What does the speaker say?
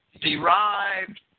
derived